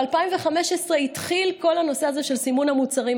ב-2015 התחיל כל הנושא הזה של סימון המוצרים.